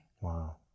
Wow